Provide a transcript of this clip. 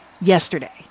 yesterday